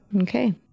Okay